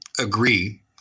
agree